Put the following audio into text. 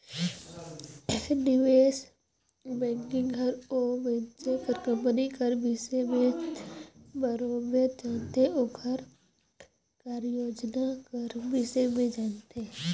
निवेस बैंकिंग हर ओ मइनसे कर कंपनी कर बिसे में बरोबेर जानथे ओकर कारयोजना कर बिसे में जानथे